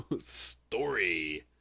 Story